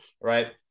right